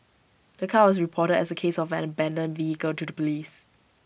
the car was reported as A case of an abandoned vehicle to the Police